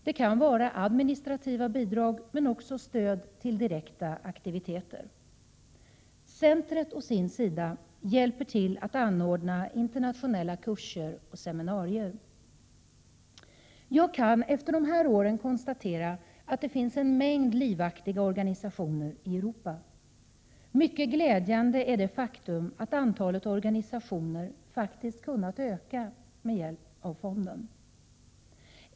Det kan vara administrativa bidrag, men också stöd till direkta aktiviteter. Centret å sin sida hjälper till att anordna internationella kurser och seminarier. Jag kan efter de här åren konstatera att det finns en mängd livaktiga organisationer i Europa. Mycket glädjande är det faktum att antalet organisationer faktiskt kunnat öka med hjälp av fonden.